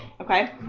okay